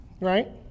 right